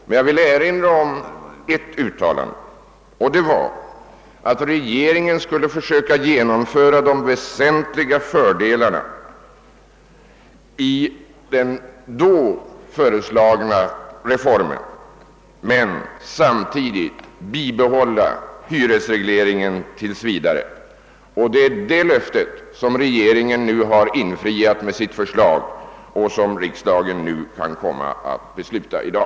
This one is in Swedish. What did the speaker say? Men jag vill erinra om ett uttalande, nämligen att regeringen skulle försöka genomföra de väsentliga förbättringarna i den då föreslagna reformen men samtidigt bibehålla hyresregleringen tills vidare. Det är det löftet som regeringen nu har infriat med sitt förslag och som riksdagen nu kan komma att besluta om i dag.